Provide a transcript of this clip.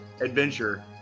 adventure